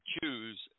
choose